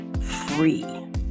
free